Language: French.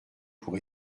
pour